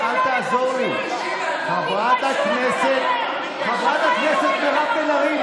חברת הכנסת בן ארי.